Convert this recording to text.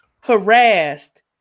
harassed